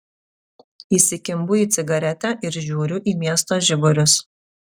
įsikimbu į cigaretę ir žiūriu į miesto žiburius